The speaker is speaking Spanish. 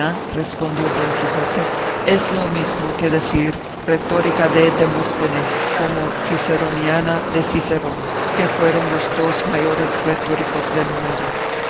respondió don quijote es lo mismo que decir retórica de demóstenes como ciceroniana de cicerón que fueron los dos mayores retóricos del mundo así